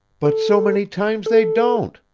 but so many times they don't,